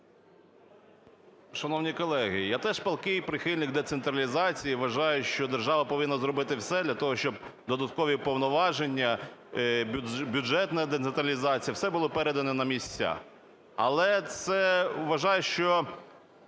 Шановні колеги, я теж палкий прихильник децентралізації, і вважаю, що держава повинна зробити все для того, щоб додаткові повноваження, бюджетна децентралізація – все було передано на місця. Але це, вважаю, що